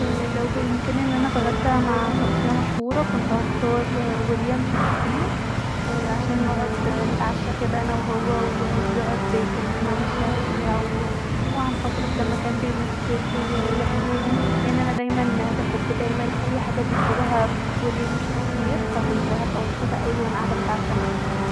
لو بإمكاني أن انا اتغدي مع شخصيه مشهوره كنت هختار وليم شكسبير عشان نقعد نتعشي كدا انا وهو ونقعد يكلمني عن الشعر بتاعه وعن فتره لما كان بيمثل ويحكيلي لأن انا دايما بحب دايما اي حاجه بيكتبها وليم شكسبير ف كنت دايما هيبقي مبسوطة اوي وانا قاعده بتعشي معاه